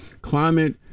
climate